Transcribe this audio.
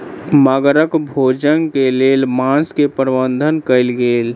मगरक भोजन के लेल मांस के प्रबंध कयल गेल